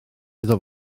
iddo